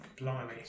Blimey